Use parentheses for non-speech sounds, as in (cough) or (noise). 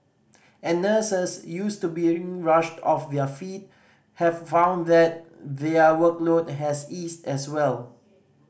and nurses used to being rushed off their feet have found that their workload has eased as well (noise)